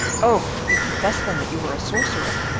oh! you confess, then, that you are a sorcerer.